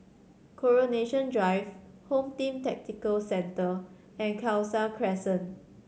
Coronation Drive Home Team Tactical Centre and Khalsa Crescent